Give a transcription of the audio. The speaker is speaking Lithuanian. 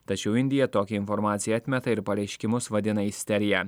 tačiau indija tokią informaciją atmeta ir pareiškimus vadina isterija